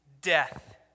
death